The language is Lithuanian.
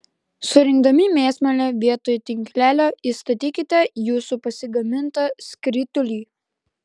surinkdami mėsmalę vietoj tinklelio įstatykite jūsų pasigamintą skritulį